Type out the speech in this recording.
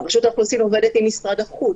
רשות האוכלוסין עובדת עם משרד החוץ,